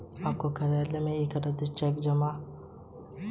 आपको कार्यालय में एक रद्द चेक जमा करना होगा